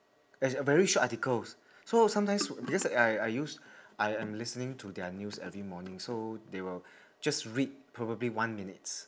as a very short articles so sometimes because I I use I I'm listening to their news every morning so they will just read probably one minute